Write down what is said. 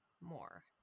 more